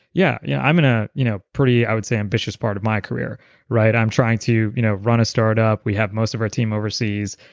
yeah yeah, i'm in a you know pretty, i would say ambitious part of my career i'm trying to you know run a startup. we have most of our team overseas,